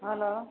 hello